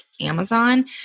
Amazon